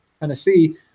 Tennessee